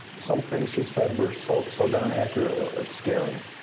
some things she said were so so darn accurate, it's scary.